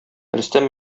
рөстәм